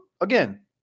again